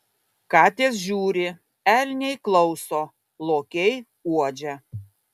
katės žiūri elniai klauso lokiai uodžia